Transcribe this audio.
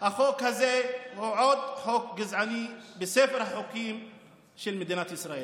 ולכן החוק הזה הוא עוד חוק גזעני בספר החוקים של מדינת ישראל.